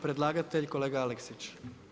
Predlagatelj kolega Aleksić.